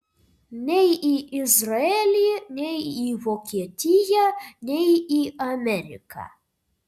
nei į izraelį nei į vokietiją nei į ameriką